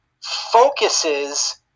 focuses